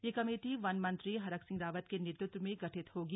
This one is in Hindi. यह कमेटी वन मंत्री हरक सिंह रावत के नेतव में गठित होगी